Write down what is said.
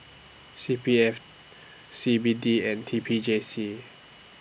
C P F C B D and T P J C